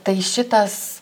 tai šitas